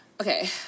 Okay